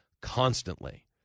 constantly